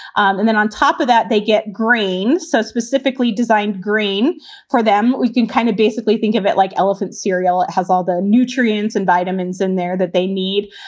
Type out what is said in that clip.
and then on top of that, they get green. so specifically designed green for them. we can kind of basically think of it like elephant cereal has all the nutrients and vitamins in there that they need.